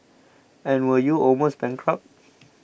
and were you almost bankrupted